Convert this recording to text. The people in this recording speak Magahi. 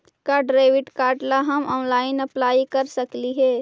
का डेबिट कार्ड ला हम ऑनलाइन अप्लाई कर सकली हे?